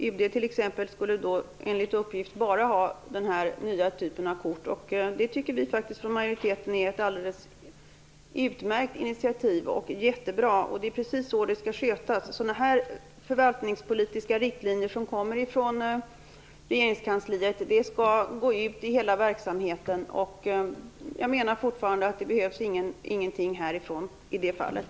UD t.ex. skulle enligt uppgift bara ha denna nya typ av kort, och det tycker vi från majoritetens sida är ett alldeles utmärkt initiativ. Det är precis så det skall skötas. Sådana här förvaltningspolitiska riktlinjer som kommer från Regeringskansliet skall gå ut i hela verksamheten. Jag menar fortfarande att det inte behövs någonting härifrån i det fallet.